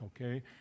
okay